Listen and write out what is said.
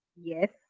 Yes